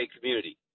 community